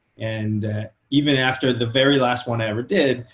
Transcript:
and even after the very last one i ever did,